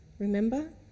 Remember